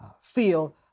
feel